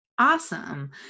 Awesome